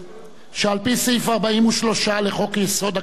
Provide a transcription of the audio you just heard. שעל-פי סעיף 43 לחוק-יסוד: הכנסת,